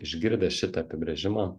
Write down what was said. išgirdę šitą apibrėžimą